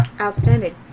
outstanding